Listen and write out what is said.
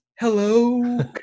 hello